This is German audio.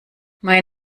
mein